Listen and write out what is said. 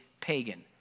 pagan